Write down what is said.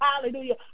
Hallelujah